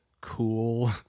cool